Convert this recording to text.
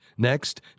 Next